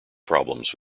problems